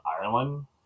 Ireland